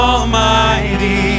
Almighty